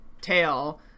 tail